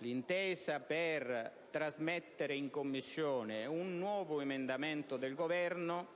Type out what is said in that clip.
l'intesa per la trasmissione in Commissione di un nuovo emendamento del Governo